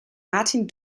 martin